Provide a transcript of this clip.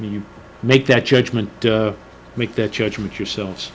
you make that judgment make that judgment yoursel